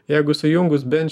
jeigu sujungus bent